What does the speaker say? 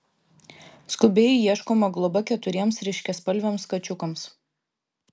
skubiai ieškoma globa keturiems ryškiaspalviams kačiukams